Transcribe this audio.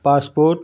passport